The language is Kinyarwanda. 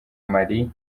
mali